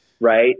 right